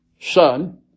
Son